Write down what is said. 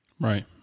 Right